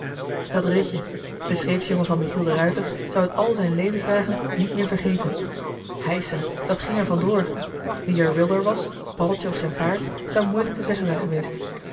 dat ritje de scheepsjongen van michiel de ruijter zou het al zijn levensdagen niet meer vergeten heisa dat ging er van door wie er wilder was paddeltje of zijn paard zou moeilijk te zeggen zijn geweest